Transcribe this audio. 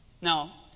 Now